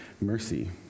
mercy